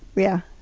yeah.